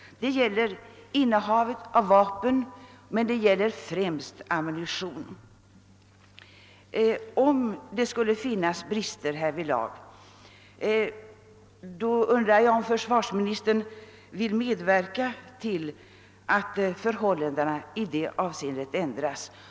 Det gäller innehav av vapen men främst gäller det ammunitionen. Om det finns brister därvidlag, så undrar jag om försvarsministern vill medverka till att förhållandena i det avseendet ändras.